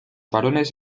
varones